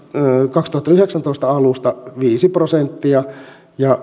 kaksituhattayhdeksäntoista alusta viisi prosenttia ja